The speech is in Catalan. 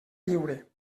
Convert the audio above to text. lliure